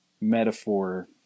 metaphor